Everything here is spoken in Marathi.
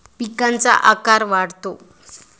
पिकांचा आकार वाढतो